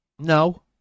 No